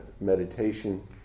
meditation